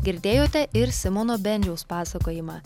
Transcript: girdėjote ir simono bendžiaus pasakojimą